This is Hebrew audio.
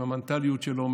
עם המנטליות שלו,